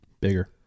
bigger